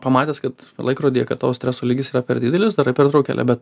pamatęs kad laikrodyje kad tavo streso lygis yra per didelis darai pertraukėlę bet